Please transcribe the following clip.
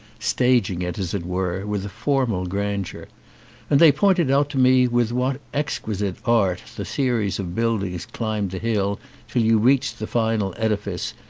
staging it, as it were, with a formal grandeur and they pointed out to me with what exquisite art the series of buildings climbed the hill till you reached the final edifice,